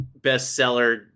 bestseller